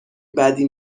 بدی